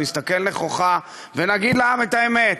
נסתכל נכוחה ונגיד לעם את האמת.